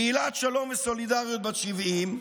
פעילת שלום וסולידריות בת 70,